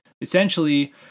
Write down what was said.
essentially